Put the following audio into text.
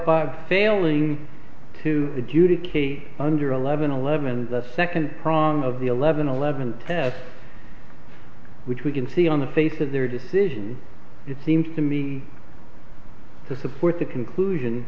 five a bob failing to adjudicate under eleven eleven the second prong of the eleven eleven test which we can see on the face of their decision it seems to me to support the conclusion